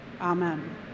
amen